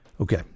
okay